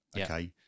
okay